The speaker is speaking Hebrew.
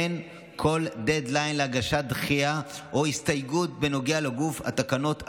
אין כל דדליין להגשת דחייה או הסתייגות בנוגע לגוף התקנות עצמו,